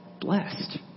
blessed